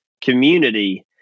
community